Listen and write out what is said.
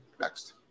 Next